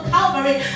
Calvary